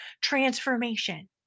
transformation